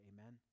Amen